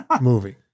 movie